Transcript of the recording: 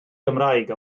gymraeg